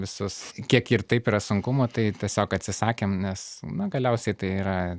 visus kiek ir taip yra sunkumų tai tiesiog atsisakėm nes na galiausiai tai yra